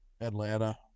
Atlanta